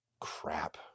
Crap